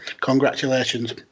Congratulations